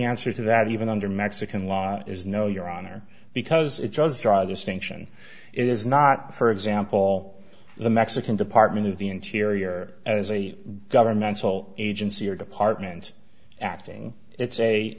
answer to that even under mexican law is no your honor because it does draw a distinction it is not for example the mexican department of the interior as a governmental agency or department acting it's a